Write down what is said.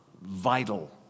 vital